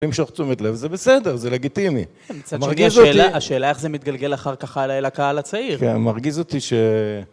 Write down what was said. למשוך תשומת לב, זה בסדר, זה לגיטימי. מרגיז אותי... - מצד שני, השאלה איך זה מתגלגל אחר כך הלאה אל הקהל הצעיר. - כן, מרגיז אותי ש...